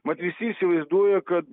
mat visi įsivaizduoja kad